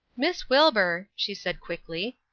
miss wilbur, she said, quickly,